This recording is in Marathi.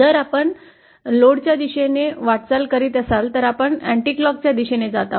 जर आपण भारांच्या दिशेने वाटचाल करीत असाल तर आपण अँट्लॉक दिशेने जात आहोत